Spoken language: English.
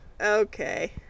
Okay